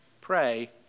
pray